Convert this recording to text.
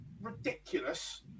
ridiculous